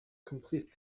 complete